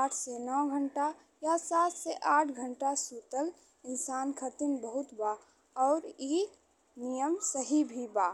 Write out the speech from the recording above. आठ से नौ घंटा या सात से आठ घंटा सुतल इंसान खातिर बहुत बा और ई नियम सही भी बा।